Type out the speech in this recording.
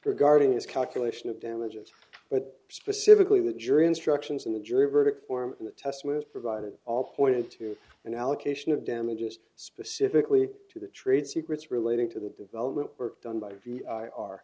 regarding his calculation of damages but specifically the jury instructions in the jury verdict form and the test was provided all pointed to an allocation of damages specifically to the trade secrets relating to the development work done by